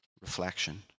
reflection